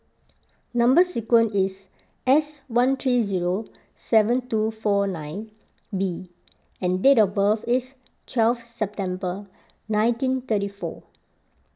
Number Sequence is S one three zero seven two four nine B and date of birth is twelve September nineteen thirty four